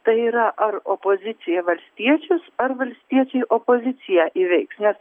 tai yra ar opozicija valstiečius ar valstiečiai opoziciją įveiks nes